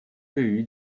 对于